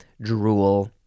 drool